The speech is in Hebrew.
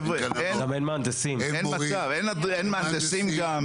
אין גננות, אין מורים, אין מהנדסים.